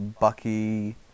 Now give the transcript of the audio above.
Bucky